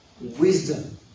wisdom